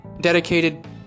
dedicated